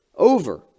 over